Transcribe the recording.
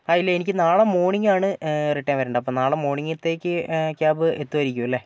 ആ ഇല്ല എനിക്ക് നാളെ മോർണിംഗ് ആണ് റിട്ടേൺ വരേണ്ടത്ത് അപ്പോൾ നാളെ മോർണിംഗത്തേക്ക് ക്യാബ് എത്തുവായിരിക്കുമല്ലേ